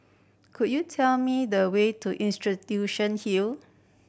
could you tell me the way to Institution Hill